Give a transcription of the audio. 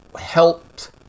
helped